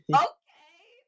okay